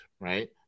right